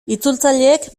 itzultzaileek